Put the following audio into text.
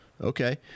Okay